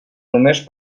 només